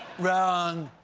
wrong.